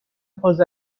فاز